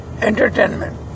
entertainment